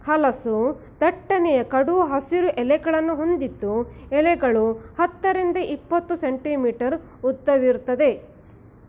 ಹಲಸು ದಟ್ಟನೆಯ ಕಡು ಹಸಿರು ಎಲೆಗಳನ್ನು ಹೊಂದಿದ್ದು ಎಲೆಗಳು ಹತ್ತರಿಂದ ಇಪ್ಪತ್ತು ಸೆಂಟಿಮೀಟರ್ ಉದ್ದವಿರ್ತದೆ